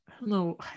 No